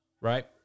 right